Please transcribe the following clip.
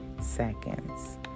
seconds